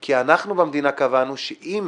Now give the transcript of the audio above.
כי אנחנו במדינה קבענו שאם